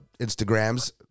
Instagrams